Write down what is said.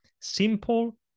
Simple